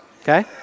okay